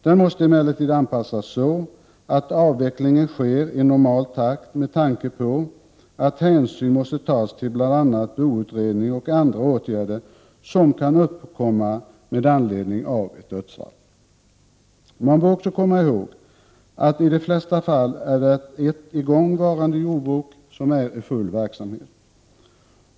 Den måste emellertid anpassas så, att avvecklingen sker i normal takt — med tanke på att hänsyn måste tas till bl.a. boutredning och andra åtgärder som kan komma i fråga med anledning av ett dödsfall. Man bör också komma ihåg att det i de flesta fall handlar om ett jordbruk som är i full verksamhet.